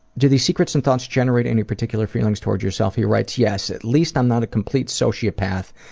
do these secrets and thoughts generate any particular feelings towards yourself? he writes yes. at least i'm not a complete sociopath,